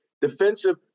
defensive